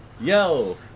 Yo